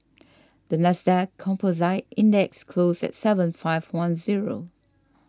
the NASDAQ Composite Index closed at seven five one zero